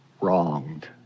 wronged